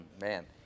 Man